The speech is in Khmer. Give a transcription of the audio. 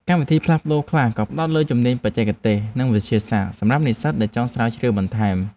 កម្មវិធីផ្លាស់ប្តូរខ្លះក៏ផ្តោតទៅលើជំនាញបច្ចេកទេសនិងវិទ្យាសាស្ត្រសម្រាប់និស្សិតដែលចង់ស្រាវជ្រាវបន្ថែម។